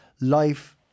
life